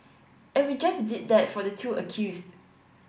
and we just did that for the two accused